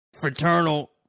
fraternal